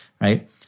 right